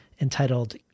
entitled